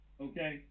Okay